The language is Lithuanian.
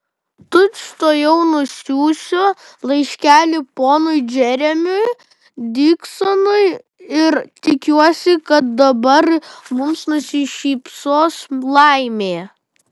tučtuojau nusiųsiu laiškelį ponui džeremiui diksonui ir tikiuosi kad dabar mums nusišypsos laimė